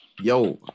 Yo